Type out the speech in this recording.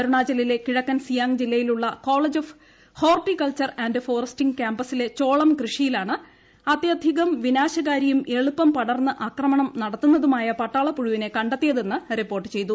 അരുണാചലിലെ കിഴക്കൻ സിയാങ് ജില്ലയിലുള്ള college of horticulture and foresting കൃാംപസിലെ ചോളം കൃഷിയിലാണ് അത്യധികം വിനാശകാരിയും എളുപ്പം പടർന്ന് ആക്രമണം നടത്തുന്നതുമായ പട്ടാള പുഴുവിനെ കണ്ടെത്തിയതെന്ന് റിപ്പോർട്ട് ചെയ്തു